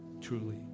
truly